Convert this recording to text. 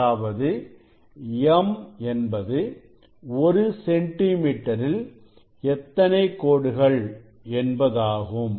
அதாவது m என்பது ஒரு சென்டி மீட்டரில் எத்தனை கோடுகள் என்பதாகும்